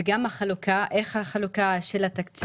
וגם החלוקה, איך מתחלק התקציב?